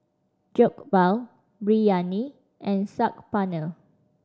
Jokbal Biryani and Saag Paneer